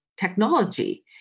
technology